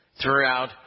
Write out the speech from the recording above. throughout